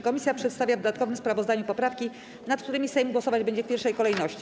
Komisja przedstawia w dodatkowym sprawozdaniu poprawki, nad którymi Sejm głosować będzie w pierwszej kolejności.